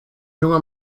junger